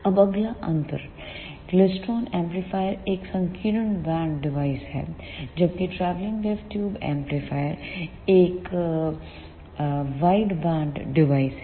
अब अगला अंतर क्लेस्ट्रॉन एम्पलीफायर एक संकीर्ण बैंड डिवाइस है जबकि ट्रैवलिंग वेव ट्यूब एम्पलीफायर एक वाइडबैंड डिवाइस है